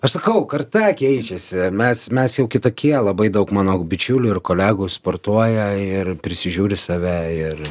aš sakau karta keičiasi mes mes jau kitokie labai daug mano bičiulių ir kolegų sportuoja ir prisižiūri save ir